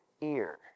ear